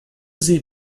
sie